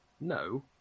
no